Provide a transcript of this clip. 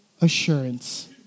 assurance